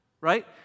right